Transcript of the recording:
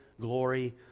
glory